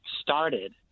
started